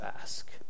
ask